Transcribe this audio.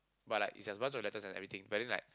but like it's as much of letters and everything but then like